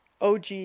OG